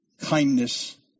Kindness